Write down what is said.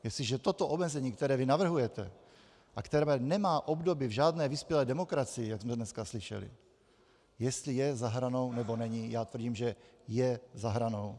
Jestliže toto omezení, které vy navrhujete a které nemá obdoby v žádné vyspělé demokracii, jak jsme dneska slyšeli, jestli je za hranou, nebo není já tvrdím, že je za hranou.